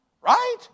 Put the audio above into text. right